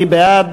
מי בעד?